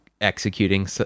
executing